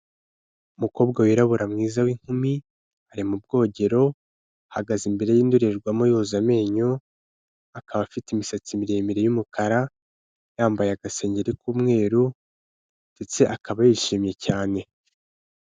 Umukobwa wirabura mwiza w'inkumi, ari mu bwogero ahagaze imbere y'indorerwamo yoza amenyo, akaba afite imisatsi miremire y'umukara, yambaye agasengeri k'umweru ndetse akaba yishimye cyane.